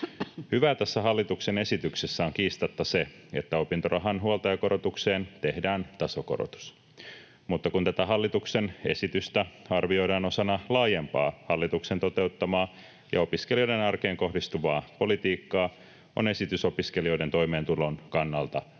Hyvää tässä hallituksen esityksessä on kiistatta se, että opintorahan huoltajakorotukseen tehdään tasokorotus, mutta kun tätä hallituksen esitystä arvioidaan osana laajempaa hallituksen toteuttamaa ja opiskelijoiden arkeen kohdistuvaa politiikkaa, on esitys opiskelijoiden toimeentulon kannalta